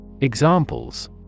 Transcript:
Examples